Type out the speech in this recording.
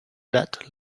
let